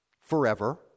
Forever